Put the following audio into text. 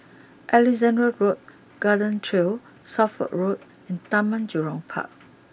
Alexandra Road Garden Trail Suffolk Road and Taman Jurong Park